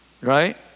right